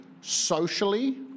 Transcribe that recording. socially